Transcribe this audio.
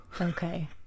okay